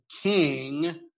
king